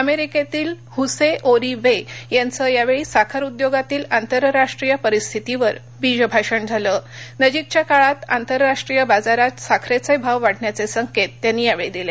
अमेरिकेतील Jose Orive यांचं यावेळी साखर उद्योगातील आंतरराष्ट्रीय परिस्थितीवर बीजभाषण झालं नजीकच्या काळात आंतरराष्ट्रीय बाजारात साखरेचे भाव वाढण्याचे संकेत त्यांनी दिले